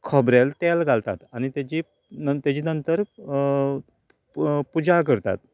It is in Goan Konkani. खोबरेल तेल घालतात आनी तेजी तेजी नंतर पुजा करतात